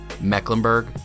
Mecklenburg